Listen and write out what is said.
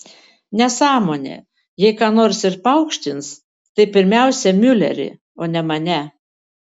nesąmonė jei ką nors ir paaukštins tai pirmiausia miulerį o ne mane